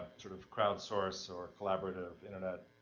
sort of crowd-source or collaborative internet